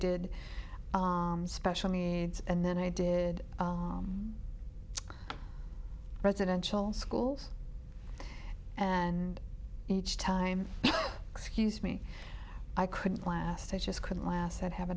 did special needs and then i did residential schools and each time excuse me i couldn't last i just couldn't last i'd have